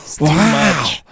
wow